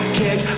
kick